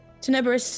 Tenebris